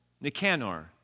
Nicanor